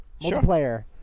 Multiplayer